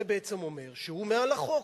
זה בעצם אומר שהוא מעל החוק.